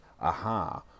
aha